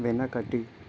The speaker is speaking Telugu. వెనకటి